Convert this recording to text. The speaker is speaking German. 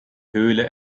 höhle